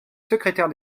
secrétaire